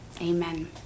amen